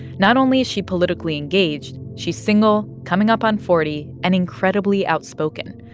not only is she politically engaged. she's single, coming up on forty and incredibly outspoken.